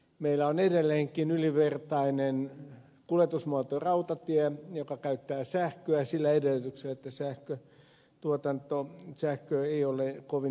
meillä on edelleenkin ylivertainen kuljetusmuoto rautatie joka käyttää sähköä sillä edellytyksellä että sähkö ei ole kovin hiilidioksidipitoisilla tuotantomuodoilla tuotettu